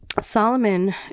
Solomon